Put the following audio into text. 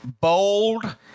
bold